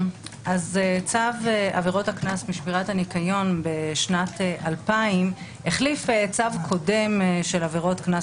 צו עבירות הקנס ושמירת הניקיון בשנת 2000 החליף צו קודם של עבירות קנס